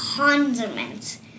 Condiments